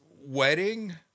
wedding